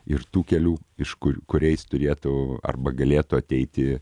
ir tų kelių iš kur kuriais turėtų arba galėtų ateiti